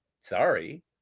sorry